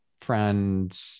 friend